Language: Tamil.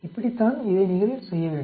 இப்படித்தான் இதை நீங்கள் செய்யவேண்டும்